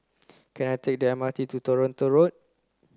can I take the M R T to Toronto Road